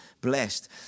blessed